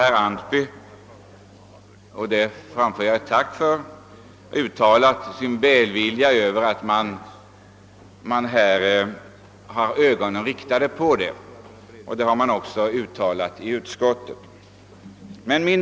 Herr Antby har liksom utskottsmajoriteten uttalat sig välvilligt om vikten av att ha uppmärksamheten riktad på denna fråga, och det framför jag mitt tack för.